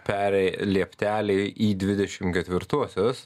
perė lieptelį į dvidešim ketvirtuosius